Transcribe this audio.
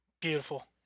beautiful